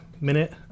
Minute